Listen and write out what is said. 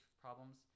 problems